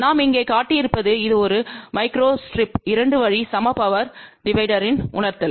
நாம் இங்கே காட்டியிருப்பது இது ஒரு மைக்ரோஸ்ட்ரிப் 2 வழி சம பவர் டிவைடர்யின் உணர்தல்